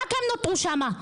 רק הם נותרו שמה,